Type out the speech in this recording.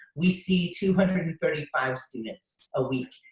we see two hundred and thirty five students a week.